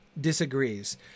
disagrees